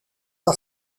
par